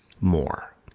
more